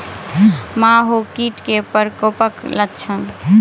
माहो कीट केँ प्रकोपक लक्षण?